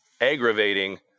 aggravating